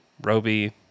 Roby